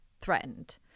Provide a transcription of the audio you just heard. threatened